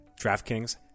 DraftKings